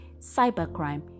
cybercrime